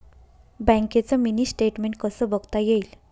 बँकेचं mini statement कसं बघता येईल?